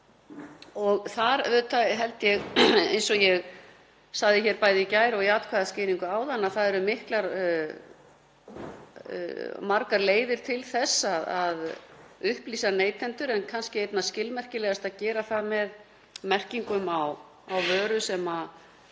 Þar eru, eins og ég sagði hér bæði í gær og í atkvæðaskýringu áðan, margar leiðir til þess að upplýsa neytendur en kannski einna skilmerkilegast að gera það með merkingum á vöru sem